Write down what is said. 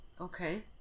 Okay